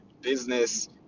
business